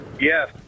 Yes